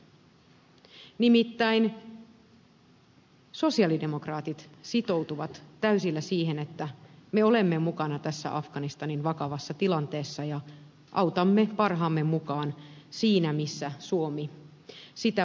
nimittäin sosialidemokraatit sitoutuvat täysillä siihen että me olemme mukana tässä afganistanin vakavassa tilanteessa ja autamme parhaamme mukaan siinä missä suomi sitä voi tehdä